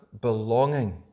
belonging